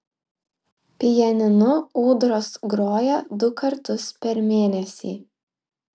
pianinu ūdros groja du kartus per mėnesį